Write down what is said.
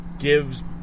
gives